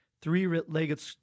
three-legged